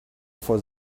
for